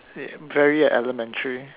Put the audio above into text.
very elementary